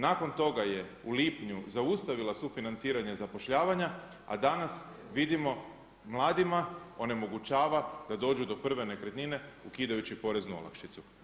Nakon toga je u lipnju zaustavila sufinanciranje zapošljavanja, a danas vidimo mladima onemogućava da dođu do prve nekretnine ukidajući poreznu olakšicu.